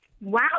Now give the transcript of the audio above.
wow